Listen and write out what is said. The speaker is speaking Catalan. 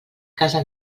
casa